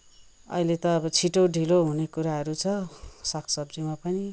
अहिले त अब छिटो ढिलो हुने कुराहरू छ साग सब्जीमा पनि